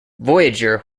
voyager